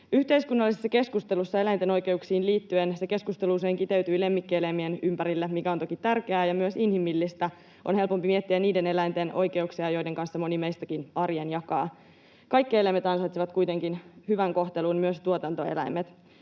Yhteiskunnallinen keskustelu eläinten oikeuksiin liittyen kiteytyy usein lemmikkieläimien ympärille, mikä on toki tärkeää ja myös inhimillistä. On helpompi miettiä niiden eläinten oikeuksia, joiden kanssa moni meistäkin arjen jakaa. Kaikki eläimet ansaitsevat kuitenkin hyvän kohtelun, myös tuotantoeläimet.